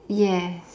yes